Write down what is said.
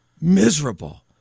miserable